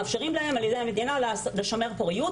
מאפשרים להם על ידי המדינה לשמר פוריות,